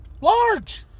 Large